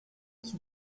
qui